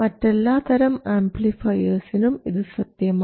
മറ്റെല്ലാ തരം ആംപ്ലിഫയർസിനും ഇത് സത്യമാണ്